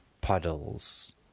puddles